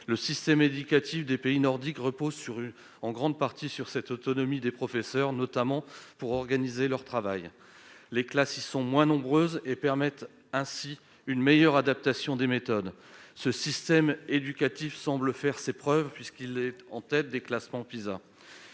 Le système éducatif des pays nordiques repose en grande partie sur l'autonomie des professeurs, notamment pour organiser leur travail. Les classes sont moins nombreuses, ce qui facilite une meilleure adaptation des méthodes. Ce système semble faire ses preuves puisque les pays nordiques sont en tête des classements PISA.